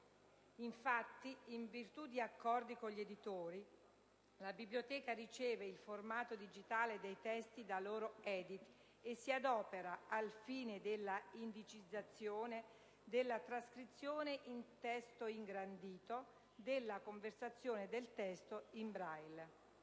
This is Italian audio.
Infatti, in virtù di accordi con gli editori, la Biblioteca riceve il formato digitale dei testi da loro editi e si adopera al fine della indicizzazione, della trascrizione in testo ingrandito e della conversione del testo in Braille.